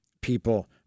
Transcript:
People